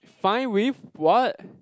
fine with what